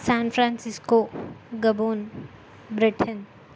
San Francisco Gabon Britain